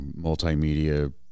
multimedia